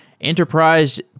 enterprise